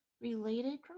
related